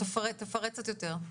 תפרט קצת יותר.